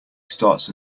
starts